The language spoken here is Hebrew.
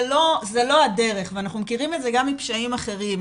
זה לא הדרך, ואנחנו מכירים את זה גם מפשעים אחרים.